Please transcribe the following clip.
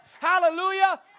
Hallelujah